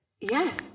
Yes